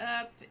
up